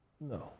No